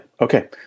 okay